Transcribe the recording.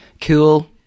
Cool